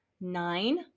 nine